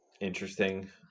interesting